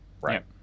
Right